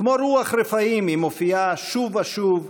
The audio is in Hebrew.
כמו רוח רפאים היא מופיעה שוב ושוב,